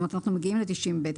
אנחנו מגיעים ל-90(ב).